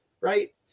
right